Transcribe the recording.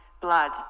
blood